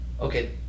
okay